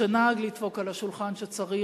שנהג לדפוק על השולחן כשצריך,